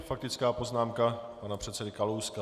Faktická poznámka pana předsedy Kalouska.